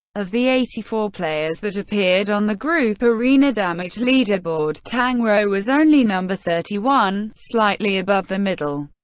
of the eighty four players that appeared on the group arena damage leaderboard, tang rou was only number thirty one, slightly above the middle.